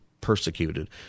persecuted